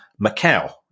Macau